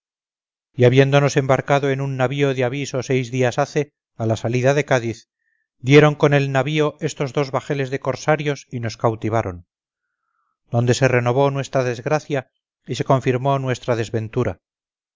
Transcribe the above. y habiéndonos embarcado en un navío de aviso seis días hace a la salida de cádiz dieron con el navío estos dos bajeles de corsarios y nos cautivaron donde se renovó nuestra desgracia y se confirmó nuestra desventura